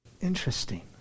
Interesting